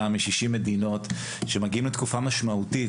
משישים מדינות שמגיעים לתקופה משמעותית,